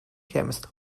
chemist